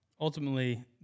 ultimately